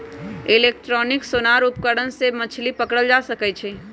electronic sonar उपकरण से भी मछली पकड़ल जा सका हई